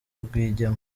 rwigema